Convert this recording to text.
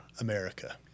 America